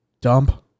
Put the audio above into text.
dump